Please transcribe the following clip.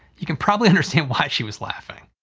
you can probably understand why she was laughing.